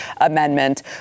Amendment